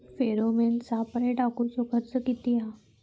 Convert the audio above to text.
Pheromone सापळे टाकूचो खर्च किती हा?